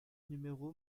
numéro